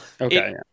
Okay